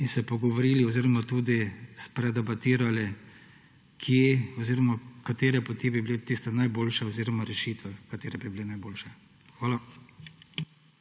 in se pogovorili oziroma tudi predebatirali, kje oziroma katere poti bi bile tiste najboljše oziroma rešitve, katere bi bile najboljše. Hvala.